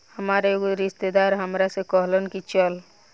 हामार एगो रिस्तेदार हामरा से कहलन की चलऽ